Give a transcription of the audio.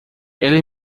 ele